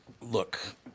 look